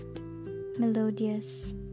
melodious